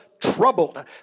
troubled